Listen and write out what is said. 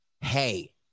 hey